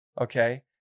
Okay